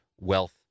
Wealth